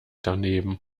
daneben